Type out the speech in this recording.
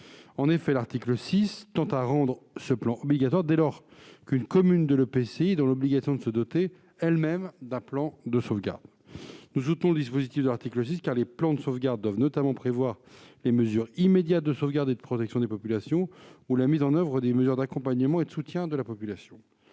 L'article 6 rend ce plan obligatoire, dès lors qu'une commune de l'EPCI est dans l'obligation de se doter, elle-même, d'un plan de sauvegarde. Nous soutenons le dispositif de l'article 6, car les plans de sauvegarde doivent notamment prévoir les mesures immédiates de sauvegarde et de protection des personnes et la mise en oeuvre des mesures d'accompagnement et de soutien de la population.